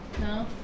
No